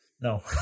No